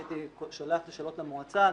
הייתי שולח שאלות למועצה.